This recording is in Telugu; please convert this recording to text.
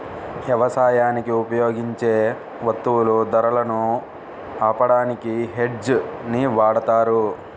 యవసాయానికి ఉపయోగించే వత్తువుల ధరలను ఆపడానికి హెడ్జ్ ని వాడతారు